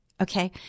Okay